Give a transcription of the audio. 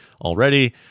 already